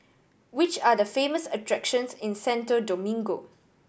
which are the famous attractions in Santo Domingo